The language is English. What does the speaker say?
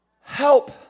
help